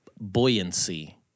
buoyancy